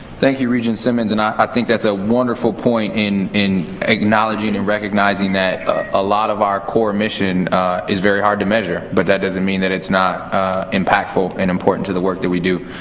thank you, regent simmons. and i think that's a wonderful point in in acknowledging and recognizing that a lot of our core mission is very hard to measure. but that doesn't mean that it's not impactful and important to the work that we do.